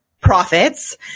Profits